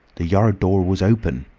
the yard door was open!